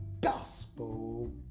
gospel